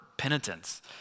penitence